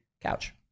couch